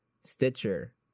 Stitcher